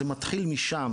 זה מתחיל משם.